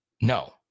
No